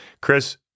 Chris